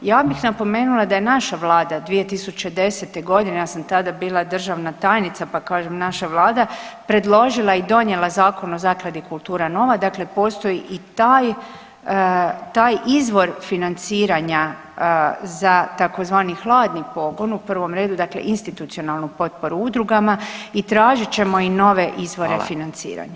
Ja bih napomenuli da je naša Vlada 2010. g., ja sam tada bila državna tajnica pa kažem naša Vlada, predložila i donijela Zakon o Zakladi Kultura nova, dakle postoji i taj izvor financiranja za tzv. hladni pogon, u prvom redu, dakle institucionalnu potporu udrugama i tražit ćemo i nove izvore financiranja.